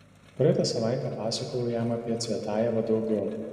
praeitą savaitę pasakojau jam apie cvetajevą daugiau